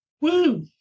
Woo